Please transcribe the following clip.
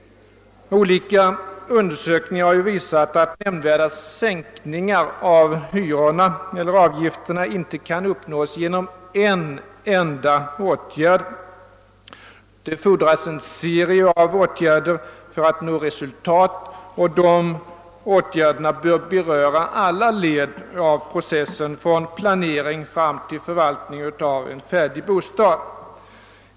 Olika undersökningar har visat att nämnvärda sänkningar av, hyrorna eller avgifterna inte kan uppnås genom en enda åtgärd. Det fordras en serie av åtgärder för att nå resultat. Dessa åtgärder bör beröra alla led i processen från planering fram till förvaltning av en färdig bostad.